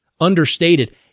understated